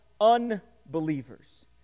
unbelievers